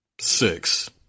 Six